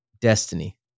destiny